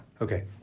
Okay